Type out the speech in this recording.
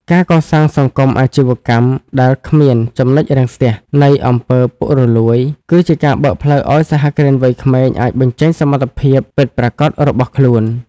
ការកសាងសង្គមអាជីវកម្មដែលគ្មាន ចំណុចរាំងស្ទះ នៃអំពើពុករលួយ គឺជាការបើកផ្លូវឱ្យសហគ្រិនវ័យក្មេងអាចបញ្ចេញសមត្ថភាពពិតប្រាកដរបស់ខ្លួន។